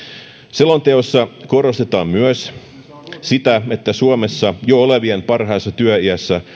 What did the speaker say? selonteossa korostetaan myös sitä että suomessa jo olevien parhaassa työiässä